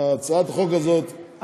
הצעת החוק הזאת, ביטן, לא שומעים אותך.